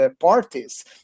parties